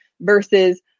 versus